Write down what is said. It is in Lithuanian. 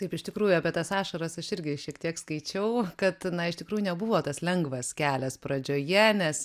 taip iš tikrųjų apie tas ašaras aš irgi šiek tiek skaičiau kad na iš tikrųjų nebuvo tas lengvas kelias pradžioje nes